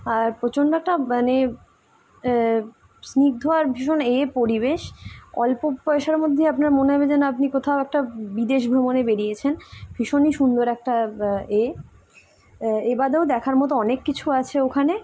আর প্রচণ্ড একটা মানে স্নিগ্ধ আর ভীষণ এ পরিবেশ অল্প পয়সার মধ্যেই আপনার মনে হবে যেন আপনি কোথাও একটা বিদেশ ভ্রমণে বেরিয়েছেন ভীষণই সুন্দর একটা এ এবাদেও দেখার মতো অনেক কিছু আছে ওখানে